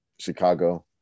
Chicago